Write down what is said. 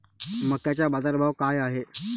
मक्याचा बाजारभाव काय हाय?